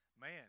man